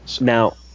now